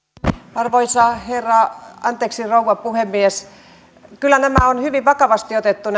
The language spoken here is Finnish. arvoisa rouva puhemies kyllä nämä arvioinnit on hyvin vakavasti otettu